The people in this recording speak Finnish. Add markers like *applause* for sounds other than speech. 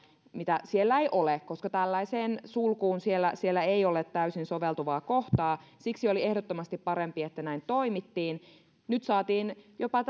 mitä siellä ei ole koska tällaiseen sulkuun siellä siellä ei ole täysin soveltuvaa kohtaa siksi oli ehdottomasti parempi että näin toimittiin nyt saatiin jopa *unintelligible*